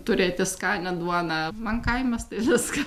turėti skanią duoną man kaimas viskas